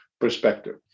perspective